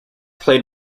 played